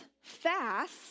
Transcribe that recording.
fast